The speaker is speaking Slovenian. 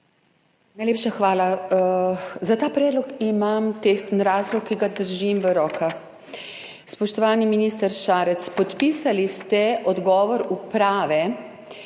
Najlepša hvala. Za ta predlog imam tehten razlog, ki ga držim v rokah. Spoštovani minister Šarec, podpisali ste odgovor uprave